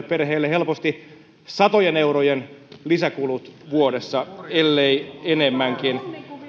perheelle helposti satojen eurojen lisäkulut vuodessa ellei enemmänkin